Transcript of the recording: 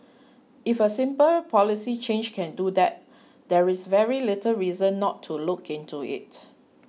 if a simple policy change can do that there is very little reason not to look into it